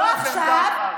לא עכשיו,